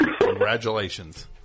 Congratulations